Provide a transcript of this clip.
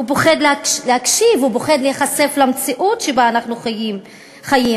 פוחד להקשיב, פוחד להיחשף למציאות שבה אנו חיים.